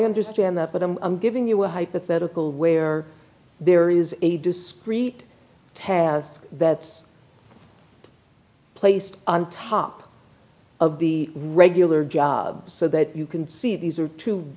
understand that but i'm giving you a hypothetical where there is a discrete task that's placed on top of the regular job so that you can see these are two